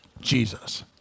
Jesus